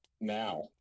now